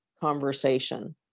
conversation